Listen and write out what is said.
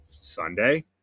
Sunday